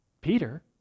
Peter